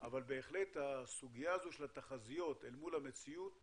אבל בהחלט הסוגיה של התחזיות מול מהמציאות